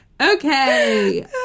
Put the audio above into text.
Okay